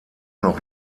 noch